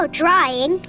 drying